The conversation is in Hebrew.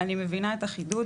אני מבינה את החידוד,